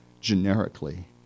generically